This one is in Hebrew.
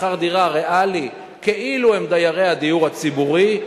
שכר דירה ריאלי כאילו הם דיירי הדיור הציבורי.